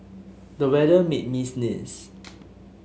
the weather made me sneeze